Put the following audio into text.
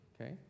okay